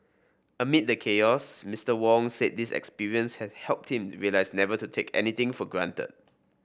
amid the chaos Mister Wong said this experience has helped him realise never to take anything for granted